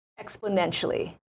exponentially